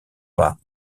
pas